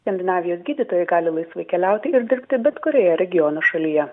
skandinavijos gydytojai gali laisvai keliauti ir dirbti bet kurioje regiono šalyje